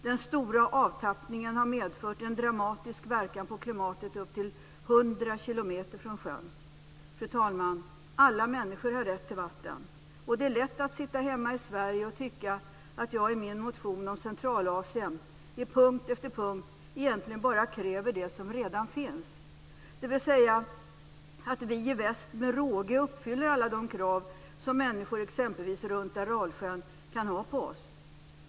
Den stora avtappningen har medfört en dramatisk verkan på klimatet upp till 100 kilometer från sjön. Fru talman! Alla människor har rätt till vatten. Det är lätt att sitta hemma i Sverige och tycka att jag i min motion om Centralasien i punkt efter punkt egentligen bara kräver det som redan finns, dvs. att vi i väst med råge uppfyller alla de krav som människor exempelvis runt Aralsjön kan ha på oss.